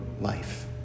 life